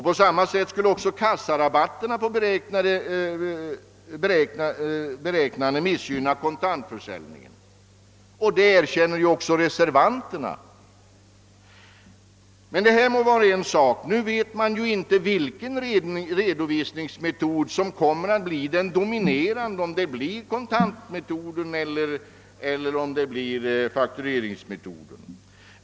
På samma sätt förhåller det sig med kassarabatterna. Det erkänner också reservanterna. Men detta är en sak. Nu vet man inte vilken redovisningsmetod som kommer att bli den dominerande — kontantmetoden eller faktureringsmetoden.